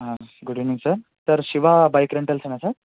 good evening sir sir Shiva bike రెంటల్సేనా sir